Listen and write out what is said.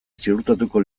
ziurtatuko